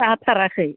जाथाराखै